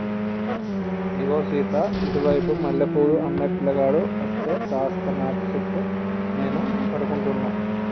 ఇగో సీత ఇటు వైపు మల్లె పూలు అమ్మే పిలగాడు అస్తే కాస్త నాకు సెప్పు నేను పడుకుంటున్న